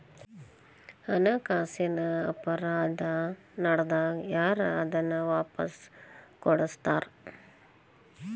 ಹಣಕಾಸಿನ್ ಅಪರಾಧಾ ನಡ್ದಾಗ ಯಾರ್ ಅದನ್ನ ವಾಪಸ್ ಕೊಡಸ್ತಾರ?